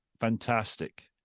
fantastic